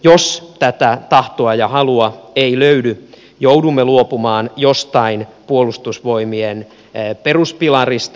jos tätä tahtoa ja halua ei löydy joudumme luopumaan jostain puolustusvoimien peruspilarista